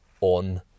on